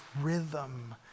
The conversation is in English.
rhythm